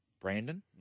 Brandon